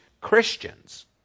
Christians